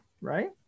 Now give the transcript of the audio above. right